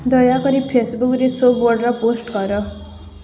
ଦୟାକରି ଫେସବୁକ୍ରେ show post କର